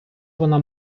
вона